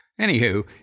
Anywho